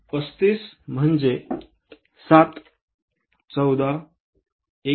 तर 35 म्हणजे 714212835 आहेत